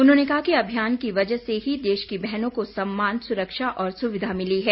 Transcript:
उन्होंने कहा कि अभियान की बजह से ही देश की बहनों को सम्मान सुरक्षा और सुविधा मिली है